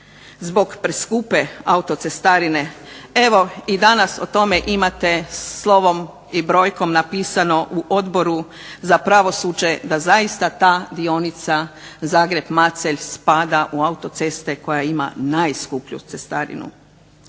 zbog preskupe autocestarine. Evo i danas o tome imate slovom i brojkom napisano u Odboru za pravosuđe da zaista ta dionica Zagreb-Macelj spada u autoceste koja ima najskuplju cestarinu.